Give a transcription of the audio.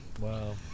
Wow